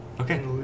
Okay